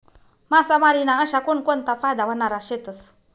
मासामारी ना अशा कोनकोनता फायदा व्हनारा शेतस?